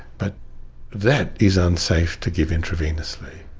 but that is unsafe to give intravenously.